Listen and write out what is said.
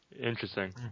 Interesting